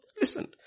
Listen